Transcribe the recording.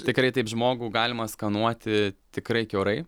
tikrai taip žmogų galima skanuoti tikrai kiaurai